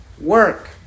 work